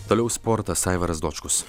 toliau sportas aivaras dočkus